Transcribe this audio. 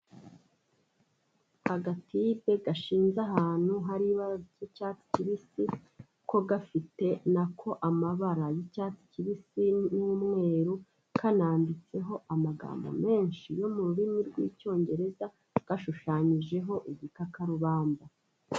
Agatibe gashinze ahantu hari ibara ry'icyatsi kibisi ko gafite nako amabara ycyatsi kibisi n'umweru kananditseho amagambo menshi yo mu rurimi rw'icyongereza gashushanyijeho igikakarubamba.